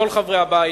כל חברי הבית,